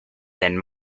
then